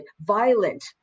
violent